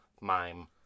mime